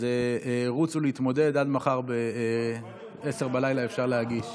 אז רוצו להתמודד, עד מחר ב-22:00 אפשר להגיש.